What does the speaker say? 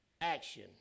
action